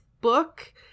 book